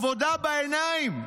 עבודה בעיניים.